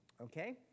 Okay